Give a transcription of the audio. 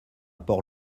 port